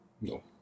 No